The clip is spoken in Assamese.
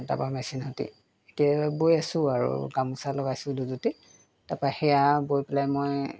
তাৰপা মেচিন সৈতে এতিয়া বৈ আছো আৰু গামোচা লগাইছোঁ দুজুঁটী তাৰপা সেয়া বৈ পেলাই মই